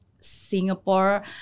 Singapore